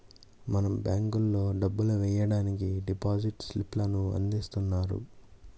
మనం బ్యేంకుల్లో డబ్బులు వెయ్యడానికి డిపాజిట్ స్లిప్ లను అందిస్తున్నారు